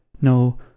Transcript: No